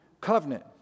covenant